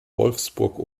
wolfsburg